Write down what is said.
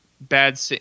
bad